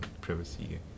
privacy